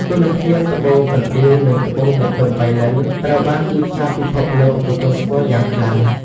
គុណភាពត្បូងកណ្ដៀង និងត្បូងទទឺមប៉ៃលិនត្រូវបានទីផ្សាពិភពលោកទទួលស្គាល់យ៉ាងខ្លាំង។